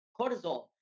cortisol